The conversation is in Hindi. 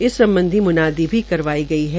इस सम्बधी मुनादी भी करवाई गई है